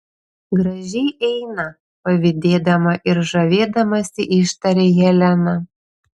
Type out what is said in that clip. gražiai eina pavydėdama ir žavėdamasi ištarė helena